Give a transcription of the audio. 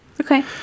Okay